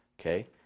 okay